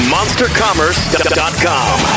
MonsterCommerce.com